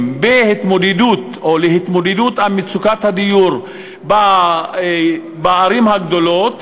להתמודדות עם מצוקת הדיור בערים הגדולות